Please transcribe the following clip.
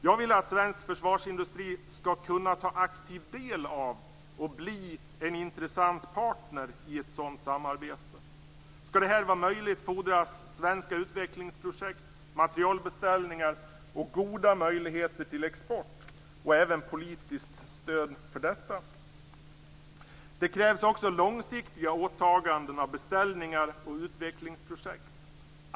Jag vill att svensk försvarsindustri skall kunna ta aktiv del av och bli en intressant partner i ett sådant samarbete. Skall det vara möjligt fordras svenska utvecklingsprojekt, materielbeställningar och goda möjligheter till export, och även politiskt stöd för detta. Det krävs också långsiktiga åtaganden i form av beställningar och utvecklingsprojekt.